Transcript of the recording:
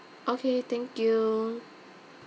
okay thank you